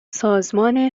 سازمان